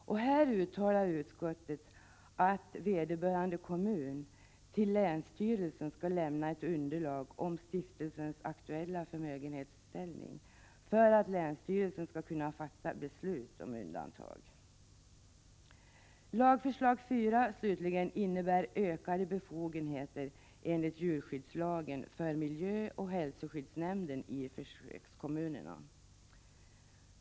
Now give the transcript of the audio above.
Här uttalar utskottet att vederbörande kommun till länsstyrelsen skall lämna ett underlag om stiftelsens aktuella förmögenhetsställning för att länsstyrelsen skall kunna fatta beslut om undantag. Det fjärde lagförslaget slutligen innebär ökade befogenheter enligt djurskyddslagen för miljöoch hälsoskyddsnämnden i försökskommunerna.